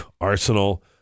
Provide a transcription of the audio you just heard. arsenal